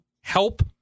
help